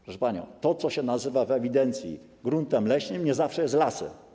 Proszę pani, to, co się nazywa w ewidencji gruntem leśnym, nie zawsze jest lasem.